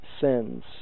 sins